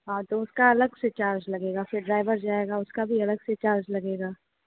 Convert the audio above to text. हाँ तो उसका अलग से चार्ज लगेगा फिर ड्राइवर जाएगा उसका भी अलग से चार्ज लगेगा